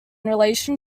relation